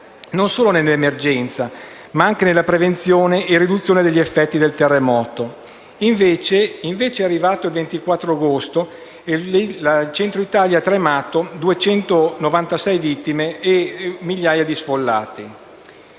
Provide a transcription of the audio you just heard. gestione dell'emergenza, ma anche nella prevenzione e riduzione degli effetti dei terremoti. Invece è arrivato il 24 agosto, il Centro Italia ha tremato, con 296 vittime e migliaia di sfollati.